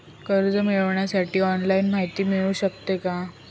कर्ज मिळविण्यासाठी ऑनलाईन माहिती मिळू शकते का?